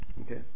okay